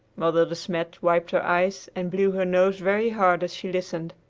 mother de smet wiped her eyes and blew her nose very hard as she listened.